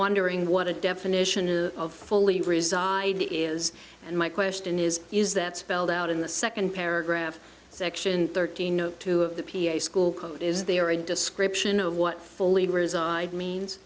wondering what the definition of of fully reside the is and my question is is that spelled out in the second paragraph section thirteen no two of the ph school code is there a description of what fully reside means